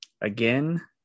Again